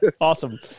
awesome